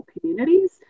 communities